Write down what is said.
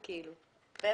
אבל